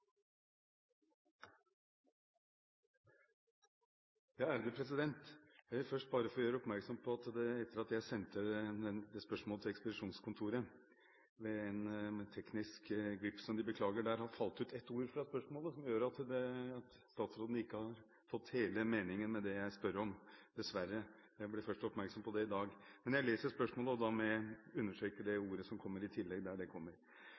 ekspedisjonskontoret – ved en teknisk glipp som de beklager der – har falt ut et ord fra spørsmålet, noe som gjør at statsråden ikke har fått med hele meningen i det jeg spør om, dessverre. Jeg ble først oppmerksom på dette i dag. Men jeg leser spørsmålet og understreker ordet når jeg kommer dit: «I de store byene har det i